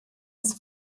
des